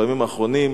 בימים האחרונים,